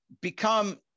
become